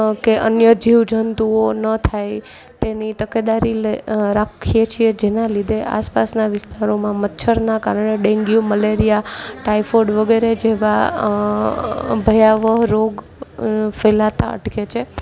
કે અન્ય જીવજંતુઓ ન થાય તેની તકેદારી લઈ રાખીએ છીએ જેના લીધે આસપાસના વિસ્તારોમાં મચ્છરના કારણે ડેન્ગ્યુ મલેરિયા ટાઈફોડ વગેરે જેવા ભયાવહ રોગ ફેલાતા અટકે છે